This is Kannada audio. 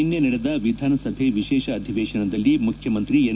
ನಿನ್ನೆ ನಡೆದ ವಿಧಾನಸಭೆ ವಿಶೇಷ ಅಧಿವೇಶನದಲ್ಲಿ ಮುಖ್ಯಮಂತ್ರಿ ಎನ್